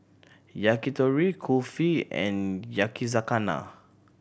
Yakitori Kulfi and Yakizakana